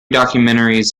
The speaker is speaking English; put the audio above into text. documentaries